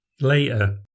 Later